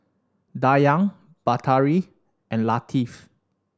Dayang Batari and Latif